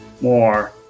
more